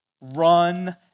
run